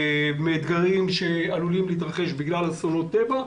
עם אתגרים שעלולים להתרחש בגלל אסונות טבע,